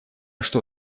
что